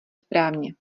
správně